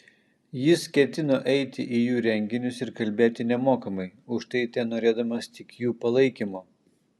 jis ketino eiti į jų renginius ir kalbėti nemokamai už tai tenorėdamas tik jų palaikymo